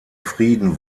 frieden